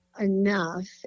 enough